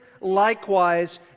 likewise